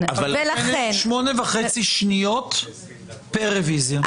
שמונה וחצי שניות פר רוויזיה זה נשמע הגיוני?